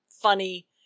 funny